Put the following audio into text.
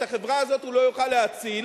את החברה הזאת הוא לא יוכל להציל,